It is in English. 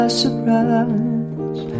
surprise